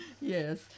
Yes